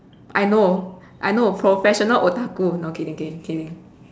I know I know professional no kidding kidding kidding